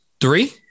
three